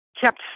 kept